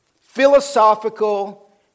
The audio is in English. philosophical